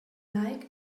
like